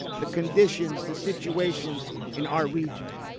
the conditions, the situation in our region.